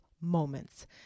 moments